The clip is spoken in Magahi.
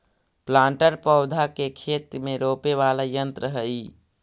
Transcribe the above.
प्लांटर पौधा के खेत में रोपे वाला यन्त्र हई